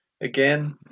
again